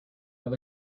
held